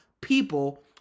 People